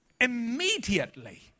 immediately